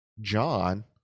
John